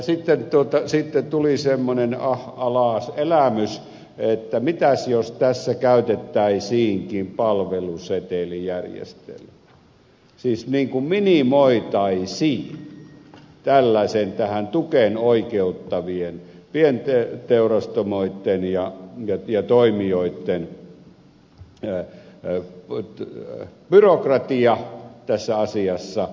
sitten tuli sellainen ah alas elämys että mitäs jos tässä käytettäisiinkin palvelusetelijärjestelmää siis minimoitaisiin tukeen oikeuttavien pienteurastamoitten ja toimijoitten byrokratia tässä asiassa